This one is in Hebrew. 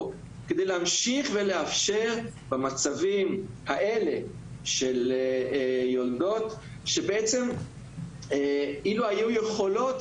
כדי להמשיך ולאפשר במצבים האלה של יולדות שבעצם אילו היו יכולות,